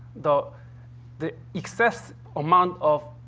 the the excess amount of